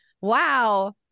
Wow